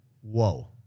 whoa